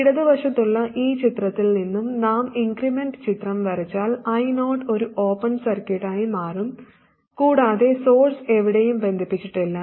ഇടതുവശത്തുള്ള ഈ ചിത്രത്തിൽ നിന്നും നാം ഇൻക്രിമെൻറ് ചിത്രം വരച്ചാൽ I0 ഒരു ഓപ്പൺ സർക്യൂട്ടായി മാറും കൂടാതെ സോഴ്സ് എവിടെയും ബന്ധിപ്പിച്ചിട്ടില്ല